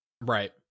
right